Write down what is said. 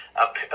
up